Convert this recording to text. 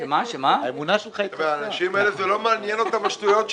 אבל את האנשים האלה לא מעניינות השטויות שלנו.